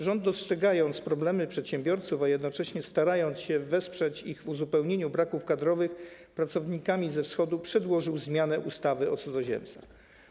Rząd, dostrzegając problemy przedsiębiorców, a jednocześnie starając się wesprzeć ich w uzupełnieniu braków kadrowych pracownikami ze Wschodu, przedłożył zmianę ustawy o cudzoziemcach.